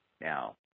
Now